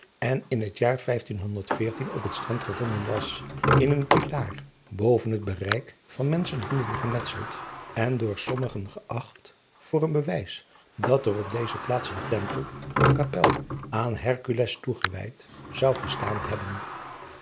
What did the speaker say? en in het jaar op het strand gevonden was in een pilaar boven het bereik van menschenhanden gemetseld en door sommigen geacht voor een bewijs dat er op deze plaats een empel of apel aan ercules toegewijd zou gestaan hebben